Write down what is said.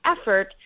effort